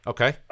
Okay